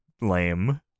lame